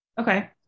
Okay